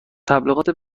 تبلیغات